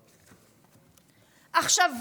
עכשיו,